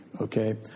okay